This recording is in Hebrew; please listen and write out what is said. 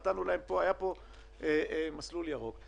נתנו להם מסלול ירוק,